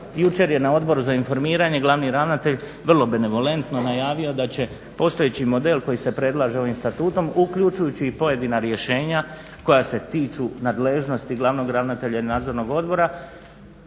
jučer je na Odboru za informiranje glavni ravnatelj vrlo benevolentno najavio da će postojeći model koji se predlaže ovim Statutom uključujući i pojedina rješenja koja se tiču nadležnosti glavnog ravnatelja i Nadzornog odbora